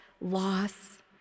loss